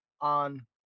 on